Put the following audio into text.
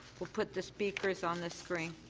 we'll put the speakers on the screen.